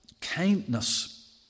kindness